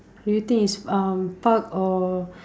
do you think it's um park or